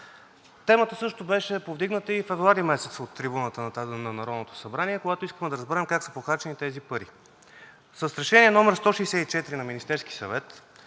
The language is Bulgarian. Темата също беше повдигната и февруари месец от трибуната на Народното събрание, когато искахме да разберем как са похарчени тези пари. С Решение № 164 на Министерския съвет